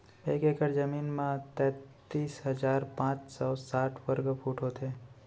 एक एकड़ जमीन मा तैतलीस हजार पाँच सौ साठ वर्ग फुट होथे